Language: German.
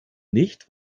nicht